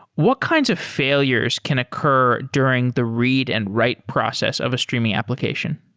what kinds of failures can occur during the read and write process of a streaming application?